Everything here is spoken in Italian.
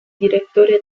direttore